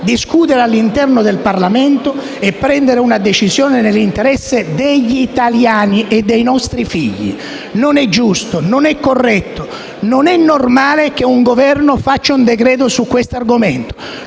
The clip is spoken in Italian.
discutere all'interno del Parlamento e prendere una decisione nell'interesse degli italiani e dei nostri figli. Non è giusto, non è corretto, non è normale che un Governo faccia un decreto-legge su questo argomento.